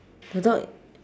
the dog